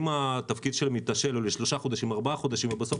אם התפקיד של המתשאל הוא לשלושה או ארבעה חודשים ובסוף